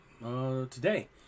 today